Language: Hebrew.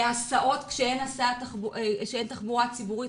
בהסעות וכאשר אין תחבורה ציבורית,